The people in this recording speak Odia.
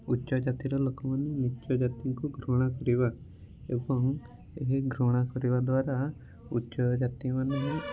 ଉଚ୍ଚ ଜାତିର ଲୋକମାନେ ନୀଚ୍ଚ ଜାତିକୁ ଘୃଣା କରିବା ଏବଂ ଏହି ଘୃଣା କରିବାଦ୍ୱାରା ଉଚ୍ଚ ଜାତିମାନେ